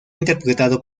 interpretado